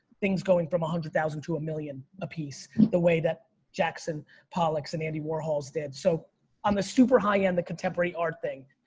things going from a hundred thousand to a million a piece the way that jackson pollock's and andy warhol's did. so on the super high and the contemporary art thing.